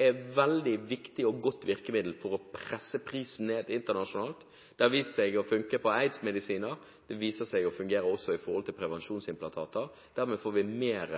er et veldig viktig og godt virkemiddel for å presse prisen ned internasjonalt. Det har vist seg å funke for aids-medisiner. Det viser seg å fungere også i forhold til prevensjonsimplantater. Dermed får vi mer